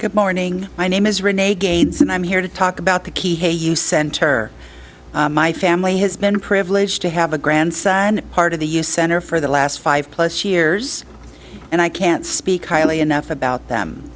good morning my name is rene gates and i'm here to talk about the key hey you center my family has been privileged to have a grandson part of the u s center for the last five plus years and i can't speak highly enough about them